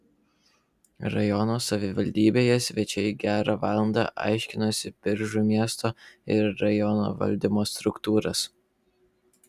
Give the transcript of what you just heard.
rajono savivaldybėje svečiai gerą valandą aiškinosi biržų miesto ir rajono valdymo struktūras